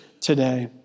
today